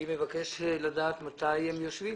אני מבקש לדעת מתי הם יושבים.